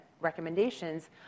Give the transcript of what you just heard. recommendations